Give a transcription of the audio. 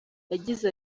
yagize